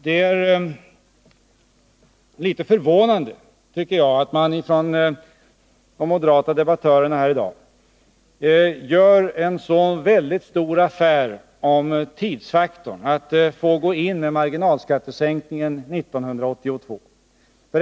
Det är litet förvånande, tycker jag, att de moderata debattörerna i dag gör en så väldigt stor affär av tidsfaktorn; angelägenheten av att få gå in med marginalskattesänkningen 1982.